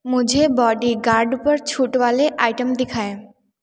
मुझे बॉडीगार्ड पर छूट वाले आइटम दिखाएँ